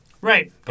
Right